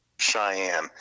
Cheyenne